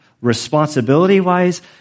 responsibility-wise